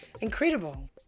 incredible